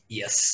yes